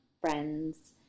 friends